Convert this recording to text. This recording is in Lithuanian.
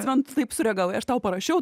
ten sureagavai aš tau parašiau